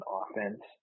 offense